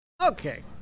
Okay